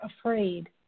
afraid